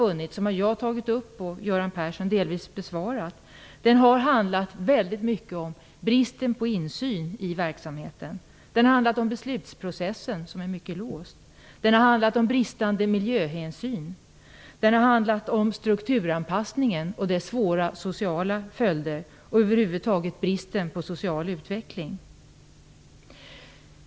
Kritiken - som jag har tagit upp och som Göran Persson delvis har besvarat - har i mycket stor utsträckning handlat om bristen på insyn i verksamheten. Den har handlat om beslutsprocessen, som är mycket låst. Den har handlat om bristande miljöhänsyn. Den har handlat om strukturanpassningen och dess svåra sociala följder och över huvud taget om bristen på social utveckling.